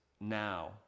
now